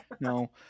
No